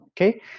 okay